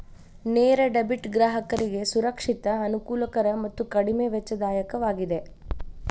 ನೇರ ಡೆಬಿಟ್ ಗ್ರಾಹಕರಿಗೆ ಸುರಕ್ಷಿತ, ಅನುಕೂಲಕರ ಮತ್ತು ಕಡಿಮೆ ವೆಚ್ಚದಾಯಕವಾಗಿದೆ